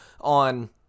on